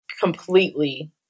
completely